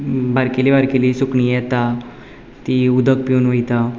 बारकेली बारकेली सुकणीं येता तीं उदक पिवन वयता